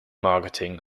marketing